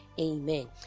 Amen